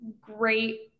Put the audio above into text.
great